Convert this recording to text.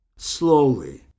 slowly